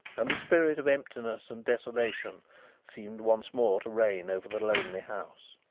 and the spirit of emptiness and desolation seemed once more to reign over the lonely house.